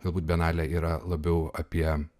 galbūt bienalė yra labiau apie